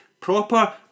Proper